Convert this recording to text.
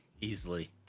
easily